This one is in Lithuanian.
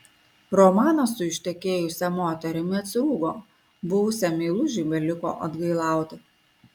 romanas su ištekėjusia moterimi atsirūgo buvusiam meilužiui beliko atgailauti